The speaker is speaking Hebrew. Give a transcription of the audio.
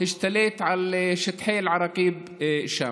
השתלט על שטחי אל-עראקיב שם.